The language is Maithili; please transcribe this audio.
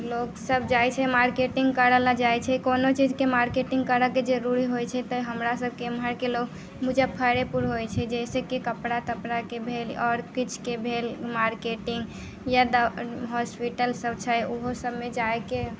लोकसब जाइ छै मार्केटिङ्ग करैलए जाइ छै कोनो चीजके मार्केटिङ्ग करिके जरूरी होइ छै तऽ हमरा सबके एमहरके लोक मुजफ्फरेपुर होइ छै जइसेकि कपड़ा तपड़ाके भेल आओर किछुके भेल मार्केटिङ्ग या दवा होस्पिटल सब छै ओहो सबमे जाइके